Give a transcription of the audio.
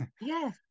Yes